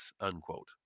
unquote